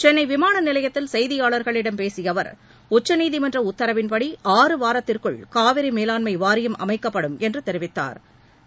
சென்ளை விமான நிலையத்தில் செய்தியாளர்களிடம் பேசிய அவர் உச்சநீதிமன்ற உத்தரவின்படி ஆறு வாரத்திற்குள் காவிரி மேலாண்மை வாரியம் அமைக்கப்படும் என்று தெரிவித்தாா்